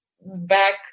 back